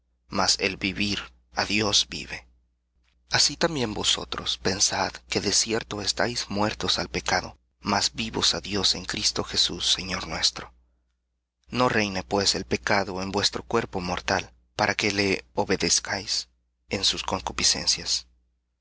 mas el vivir á dios vive así también vosotros pensad que de cierto estáis muertos al pecado mas vivos á dios en cristo jesús señor nuestro no reine pues el pecado en vuestro cuerpo mortal para que le obedezcáis en sus concupiscencias